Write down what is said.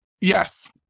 yes